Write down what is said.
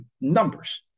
numbers